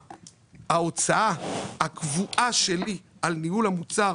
שההרצאה הקבועה שלי על ניהול המוצר